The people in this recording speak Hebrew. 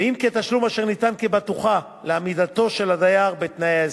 ואם כתשלום אשר ניתן כבטוחה לעמידתו של הדייר בתנאי ההסכם.